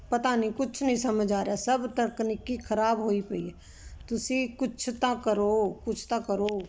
ਪਤਾ ਨਹੀਂ ਕੁਛ ਨਹੀਂ ਸਮਝ ਆ ਰਿਹਾ ਸਭ ਤਕਨੀਕੀ ਖਰਾਬ ਹੋਈ ਪਈ ਤੁਸੀਂ ਕੁਛ ਤਾਂ ਕਰੋ ਕੁਛ ਤਾਂ ਕਰੋ